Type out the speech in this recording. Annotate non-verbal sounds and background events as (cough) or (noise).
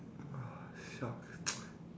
!wah! shucks (noise)